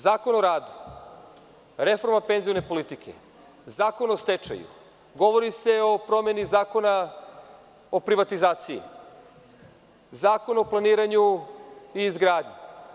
Zakon o radu, reforma penzione politike, Zakon o stečaju, govori se o promeni Zakona o privatizaciji, Zakon o planiranju i izgradnji.